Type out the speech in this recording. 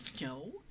no